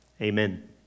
amen